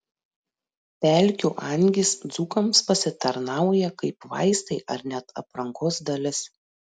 pelkių angys dzūkams pasitarnauja kaip vaistai ar net aprangos dalis